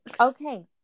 okay